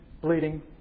bleeding